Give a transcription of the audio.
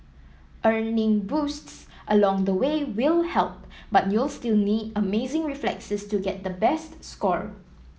earning boosts along the way will help but you'll still need amazing reflexes to get the best score